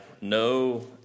no